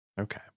okay